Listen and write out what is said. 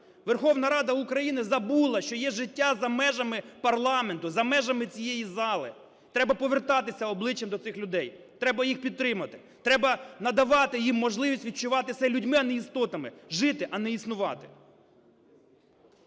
Верховна Рада України забула, що є життя за межами парламенту, за межами цієї зали. Треба повертатися обличчям до цих людей. Треба їх підтримати, треба надавати їм можливість відчувати себе людьми, а не істотами, жити, а не існувати.